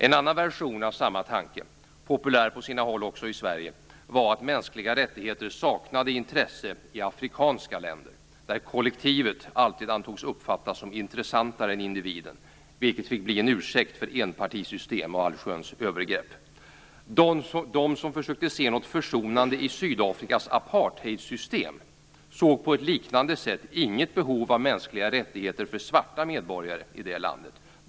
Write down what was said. En annan version av samma tanke, populär på sina håll också i Sverige, var att mänskliga rättigheter saknade intresse i afrikanska länder, där kollektivet alltid antogs uppfattas som intressantare än individen. Detta fick bli en ursäkt för enpartisystem och allsköns övergrepp. De som försökte se något försonande i Sydafrikas apartheidsystem såg på ett liknande sätt inget behov av mänskliga rättigheter för svarta medborgare i det landet.